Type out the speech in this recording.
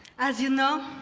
as you know,